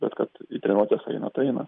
bet kad į treniruotes eina tai eina